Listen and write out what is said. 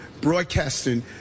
broadcasting